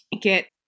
get